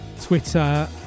Twitter